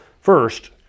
First